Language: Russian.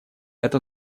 это